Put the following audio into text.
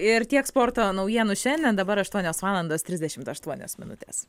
ir tiek sporto naujienų šiandien dabar aštuonios valandos trisdešimt aštuonios minutės